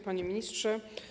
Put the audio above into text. Panie Ministrze!